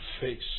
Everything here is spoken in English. face